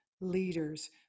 leaders